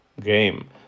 game